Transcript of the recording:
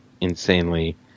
insanely